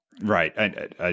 Right